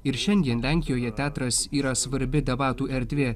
ir šiandien lenkijoje teatras yra svarbi debatų erdvė